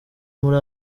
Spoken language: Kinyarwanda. muri